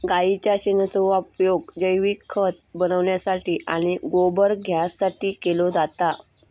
गाईच्या शेणाचो उपयोग जैविक खत बनवण्यासाठी आणि गोबर गॅससाठी केलो जाता